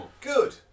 Good